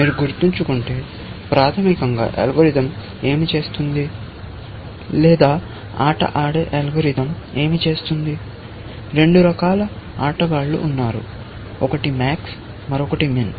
మీరు గుర్తుంచుకుంటే ప్రాథమికంగా అల్గోరిథం ఏమి చేస్తుంది లేదా ఆట ఆడే అల్గోరిథం ఏమి చేస్తుంది రెండు రకాల ఆటగాళ్ళు ఉన్నారు ఒకటి MAX మరొకటి MIN